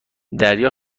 دریا